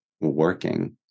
working